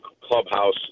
clubhouse